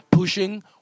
pushing